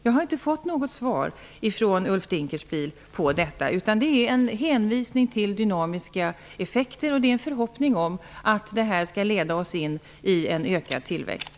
Ulf Dinkelspiel har inte svarat på den frågan, utan det hänvisas till dynamiska effekter. Vidare talas det om förhoppningen att det här skall leda oss in i en situation med ökad tillväxt.